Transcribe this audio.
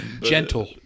Gentle